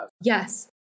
Yes